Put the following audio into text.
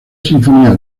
sinfonía